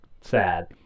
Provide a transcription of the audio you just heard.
sad